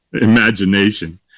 imagination